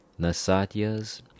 Nasatyas